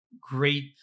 great